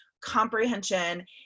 comprehension